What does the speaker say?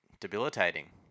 debilitating